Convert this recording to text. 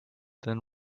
then